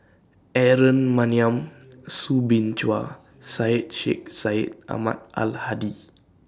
Aaron Maniam Soo Bin Chua Syed Sheikh Syed Ahmad Al Hadi